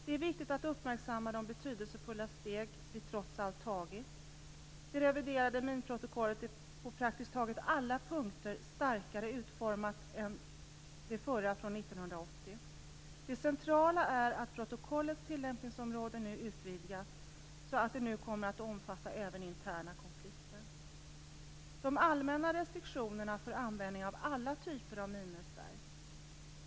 Det är viktigt att uppmärksamma de betydelsefulla steg vi trots allt tagit. Det reviderade minprotokollet är på praktiskt taget alla punkter starkare utformat än det förra från 1980. Det centrala är att protokollets tillämpningsområde har utvidgats så att det nu kommer att omfatta även interna konflikter. De allmänna restriktionerna för användning av alla typer av minor stärks.